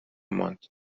ماند